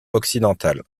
occidentale